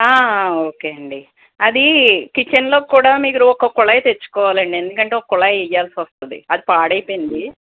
ఆ ఆ ఓకే అండి అది కిచెన్లో కూడా మీరు ఒక కుళాయి తెచ్చుకోవాలండి ఎందుకంటే ఓ కుళాయి కూడా వెయ్యాల్సి వస్తుందండి అది పాడైపోయింది